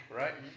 right